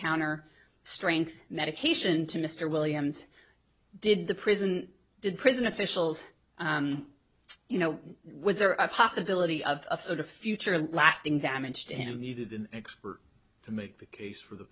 counter strength medication to mr williams did the prison did prison officials you know was there a possibility of a sort of future and lasting damage to him needed an expert to make the case for the